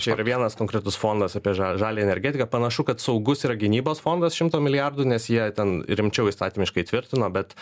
čia yra vienas konkretus fondas apie žaliąją energetiką panašu kad saugus yra gynybos fondas šimto milijardų nes jie ten rimčiau įstatymiškai įtvirtino bet